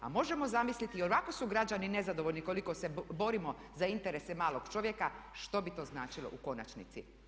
A možemo zamisliti, ionako su građani nezadovoljni koliko se borimo za interese malog čovjeka, što bi to značilo u konačnici.